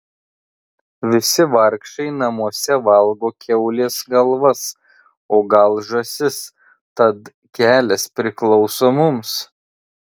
visi vargšai namuose valgo kiaulės galvas o gal žąsis tad kelias priklauso mums